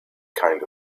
kind